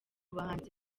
bahanzi